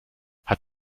hat